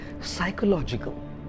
psychological